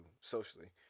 socially